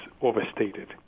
overstated